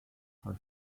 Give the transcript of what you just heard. her